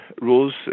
rules